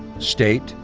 state,